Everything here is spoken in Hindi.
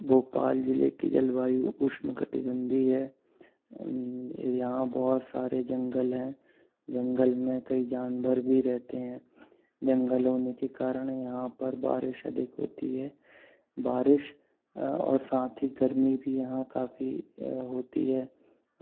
भोपाल जिले की जलवायु उष्ण कटिबंधीय है यहाँ बहुत सारे जंगल हैं जंगल में कई जानवर भी रहते हैं जंगल होने के कारण यहाँ पर बारिश अधिक होती है बारिश और साथी गर्मी भी यहाँ काफ़ी होती है